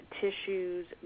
tissues